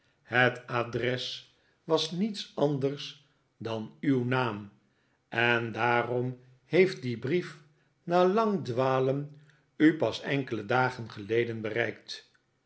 het adres was niets anders dan uw naam en daarom heeft die brief na lang dwalen u pas enkele dagen geleden bereikt